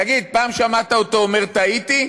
תגיד, פעם שמעת אותו אומר "טעיתי"?